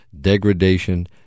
Degradation